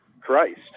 Christ